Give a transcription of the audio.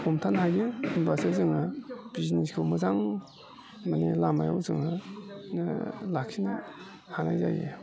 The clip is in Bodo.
हमथानो हायो होमब्लासो जोङो बिजनेसखौ मोजां माने लामायाव जोङो लाखिनो हानाय जायो